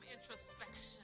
introspection